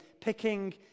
picking